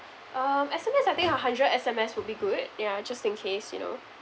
um S_M_S I think a hundred S_M_S would be good yeah just in case you know